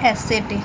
অ্যাসেটে